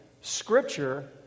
scripture